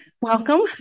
Welcome